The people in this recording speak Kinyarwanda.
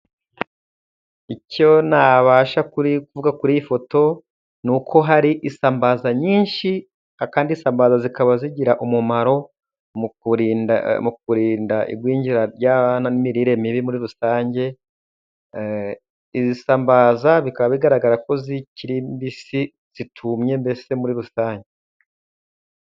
Icyo nabasha kuvuga kuri iyi foto, ni uko hari isambaza nyinshi, kandi isambaza zikaba zigira umumaro mu kurinda igwingira ry'abana n'imirire mibi muri rusange. Izi sambaza bikaba bigaragara ko zikiri mbisi, zitumye mbese muri rusange.